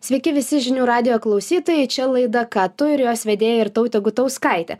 sveiki visi žinių radijo klausytojai čia laida ką tu ir jos vedėja irtautė gutauskaitė